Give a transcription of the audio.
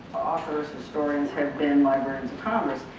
authors, historians have been librarians of congress.